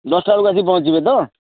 ଦଶଟା ବେଳକୁ ଆସି ପହଞ୍ଚିଯିବେ ତ